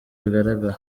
bigaragara